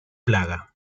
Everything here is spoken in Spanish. plaga